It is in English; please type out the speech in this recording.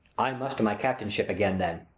i must to my captainship again then.